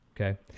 Okay